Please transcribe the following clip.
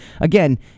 Again